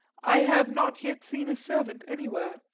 i have not yet seen a servant anywhere,